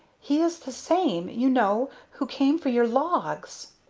he is the same, you know, who came for your logs.